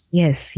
yes